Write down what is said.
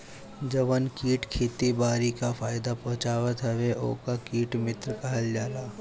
जवन कीट खेती बारी के फायदा पहुँचावत हवे ओके कीट मित्र कहल जाला